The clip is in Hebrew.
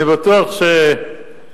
אני בטוח שגלנט,